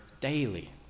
daily